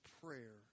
prayer